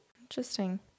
Interesting